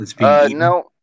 No